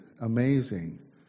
amazing